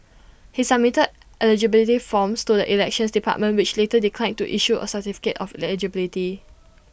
he submitted eligibility forms to the elections department which later declined to issue A certificate of eligibility